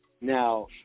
Now